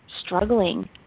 struggling